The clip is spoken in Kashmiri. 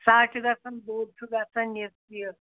سۄ حظ چھِ گژھان بوٚڈ چھِ گژھان یُس یہِ